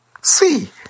see